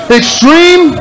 extreme